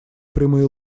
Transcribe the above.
прямые